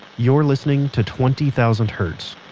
you're listening to twenty thousand hertz.